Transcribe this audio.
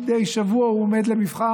מדי שבוע הוא עומד למבחן,